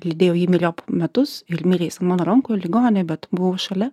lydėjau jį myriop metus ir mirė jis ant mano rankų ligoninėj bet buvau šalia